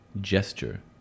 gesture